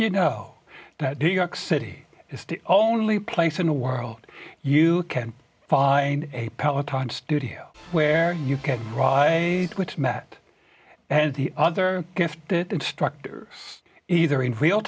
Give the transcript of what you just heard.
you know that new york city is to only place in the world you can find a peloton studio where you can draw a mat and the other gifted instructor either in real